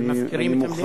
אבל מפקירים את המליאה.